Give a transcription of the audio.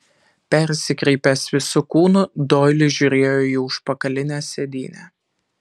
persikreipęs visu kūnu doilis žiūrėjo į užpakalinę sėdynę